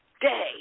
day